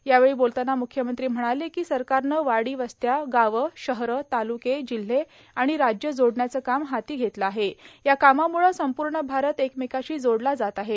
यावेळी बोलताना मुख्यमंत्री फडवणीस म्हणाले की सरकारने वाडीवस्त्याएगावे शहरे तालुके जिल्हे आणि राज्य जोडण्याचे काम हाती धेतले आहे या कामामुळे संपूर्ण भारत एकमेकाशी जोडला जात आहे